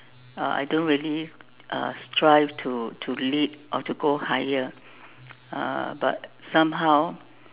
uh I don't really uh strive to to lead or to go higher uh but somehow